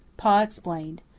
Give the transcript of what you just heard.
pa explained.